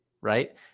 Right